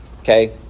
Okay